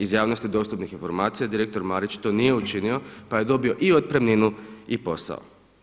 Iz javnosti dostupnih informacija direktor Marić to nije učinio pa je dobio i otpremninu i posao.